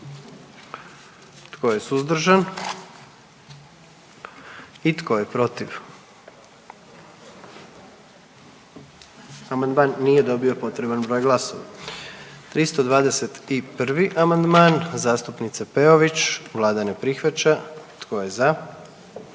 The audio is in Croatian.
Tko je suzdržan? I tko je protiv? Amandman nije dobio potreban broj glasova. Amandman br. 26 zastupnika Marina Mandarića, Vlada